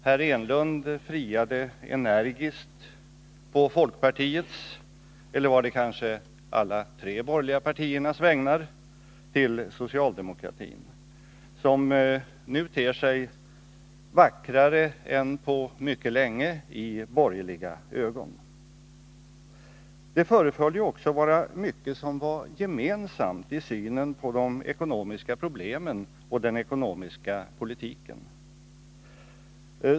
Herr Enlund friade energiskt på folkpartiets, eller var det kanske på alla de tre borgerliga partiernas, vägnar till socialdemokratin som nu ter sig vackrare än på mycket länge i borgerliga ögon. Det föreföll också vara mycket som var gemensamt i synen på de ekonomiska problemen och den ekonomiska politiken.